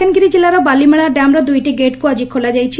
ମାଲକାନଗିରି ଜିଲ୍ଲାର ବାଳିମେଳା ଡ୍ୟାମ୍ର ଦୁଇଟି ଗେଟ୍କୁ ଆଜି ଖୋଲାଯାଇଛି